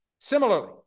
Similarly